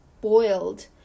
boiled